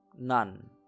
None